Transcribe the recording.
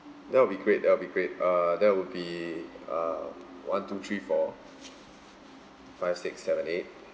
that will be great that will be great uh that will be uh one two three four five six seven eight